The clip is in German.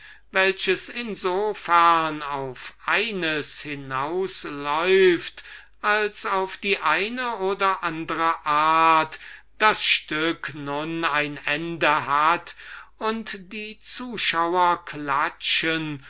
fern auf eines hinaus lauft daß auf die eine oder andere art das stück ein ende hat und die zuschauer